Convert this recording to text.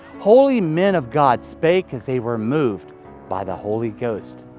holy men of god spake as they were moved by the holy ghost.